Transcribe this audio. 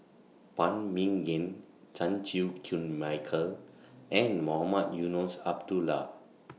Phan Ming Yen Chan Chew Koon Michael and Mohamed Eunos Abdullah